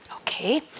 okay